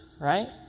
right